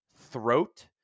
throat